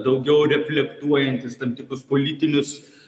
daugiau reflektuojantys tam tikrus politinius